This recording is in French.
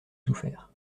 souffert